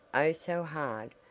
oh, so hard,